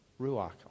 Ruach